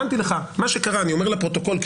אני אומר לפרוטוקול מה שקרה,